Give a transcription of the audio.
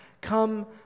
come